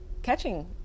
catching